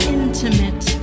intimate